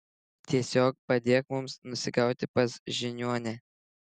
tiesiog padėk mums nusigauti pas žiniuonę